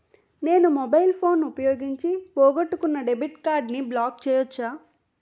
నేను mobile phone ఉపయోగించి పోగొట్టుకున్న డెబిట్ కార్డ్ని బ్లాక్ చేయవచ్చా?